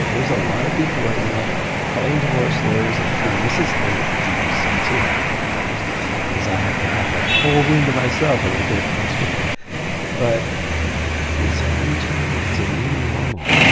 there's a lot of people right now calling divorce lawyers, i'm sure mrs. anglicantv considered it a couple times because i have to have the whole room to myself when i tape unscripted but it's a new time. it's a new normal.